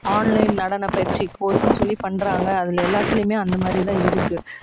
online நடனப் பயிற்சி கோர்ஸுனு சொல்லி பண்ணுறாங்க அதில் எல்லாத்திலயுமே அந்த மாதிரிதான் இருக்குது